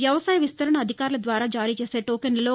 వ్యవసాయ విస్తరణ అధికారుల ద్వారా జారీ చేసే టోకన్లలో